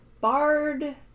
bard